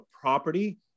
property